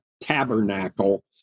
Tabernacle